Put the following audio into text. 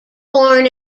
born